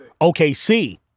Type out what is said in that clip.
OKC